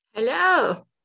Hello